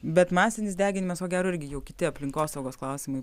bet masinis deginimas ko gero irgi jau kiti aplinkosaugos klausimai